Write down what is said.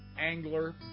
angler